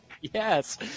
yes